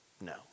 no